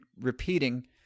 repeating